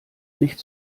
nicht